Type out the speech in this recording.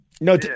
no